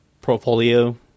portfolio